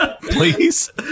please